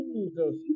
Jesus